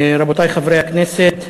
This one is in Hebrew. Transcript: רבותי חברי הכנסת,